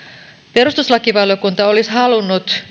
perustuslakivaliokunta olisi halunnut